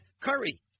Curry